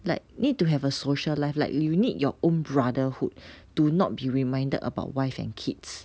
like need to have a social life like you need your own brotherhood to not be reminded about wife and kids